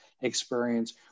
experience